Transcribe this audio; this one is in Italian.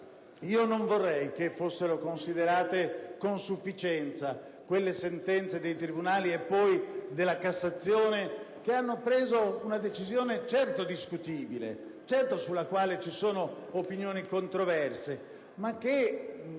Non vorrei che fossero considerate con sufficienza quelle sentenze dei tribunali e poi della Cassazione che hanno preso una decisione certo discutibile, sulla quale ci sono opinioni controverse, ma che